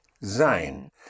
sein